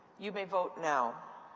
you may vote now.